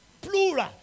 plural